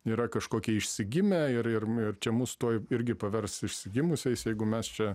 yra kažkokie išsigimę ir ir čia mus tuoj irgi pavers išsigimusiais jeigu mes čia